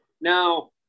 Now